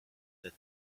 that